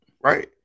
right